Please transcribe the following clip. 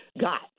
got